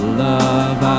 love